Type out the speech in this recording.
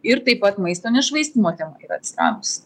ir taip pat maisto nešvaistymo tema yra atsiradusi